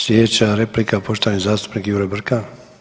Slijedeća replika poštovani zastupnik Jure Brkan.